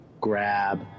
grab